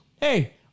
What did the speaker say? Hey